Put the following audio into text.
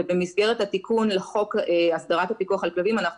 ובמסגרת התיקון לחוק הסדרת הפיקוח על כלבים אנחנו